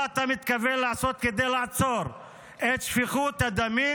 מה אתה מתכוון לעשות כדי לעצור את שפיכות הדמים